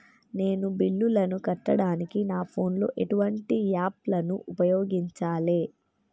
నేను బిల్లులను కట్టడానికి నా ఫోన్ లో ఎటువంటి యాప్ లను ఉపయోగించాలే?